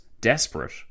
desperate